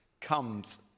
comes